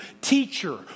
Teacher